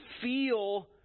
feel